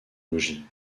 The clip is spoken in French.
logis